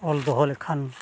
ᱚᱞ ᱫᱚᱦᱚ ᱞᱮᱠᱷᱟᱱ